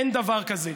אין דבר כזה.